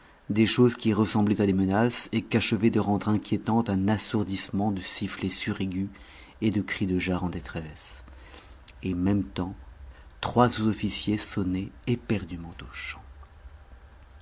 des choses qui ressemblaient à des menaces et qu'achevait de rendre inquiétantes un assourdissement de sifflets suraigus et de cris de jars en détresse en même temps trois sous-officiers sonnaient éperdument aux